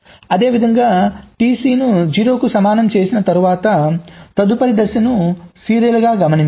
అదేవిధంగా TC ను 0 కి సమానం చేసిన తర్వాత తదుపరి దశను సీరియల్గా గమనించాలి